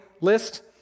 list